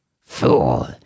Fool